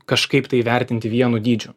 kažkaip tai vertinti vienu dydžiu